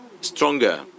stronger